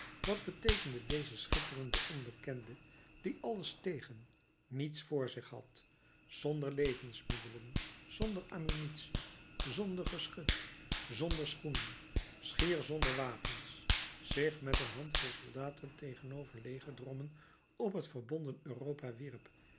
wat beteekende deze schitterende onbekende die alles tegen niets vr zich had zonder levensmiddelen zonder ammunitie zonder geschut zonder schoenen schier zonder wapens zich met een handvol soldaten tegenover legerdrommen op het verbonden europa wierp